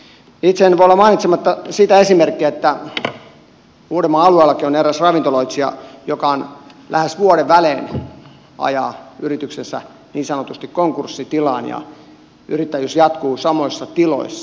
itse en voi olla mainitsematta sitä esimerkkiä että uudenmaan alueellakin on eräs ravintoloitsija joka lähes vuoden välein ajaa yrityksensä niin sanotusti konkurssitilaan ja yrittäjyys jatkuu samoissa tiloissa